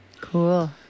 Cool